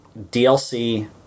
DLC